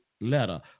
letter